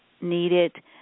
needed